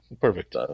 Perfect